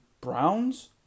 Browns